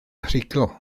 rhugl